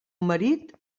marit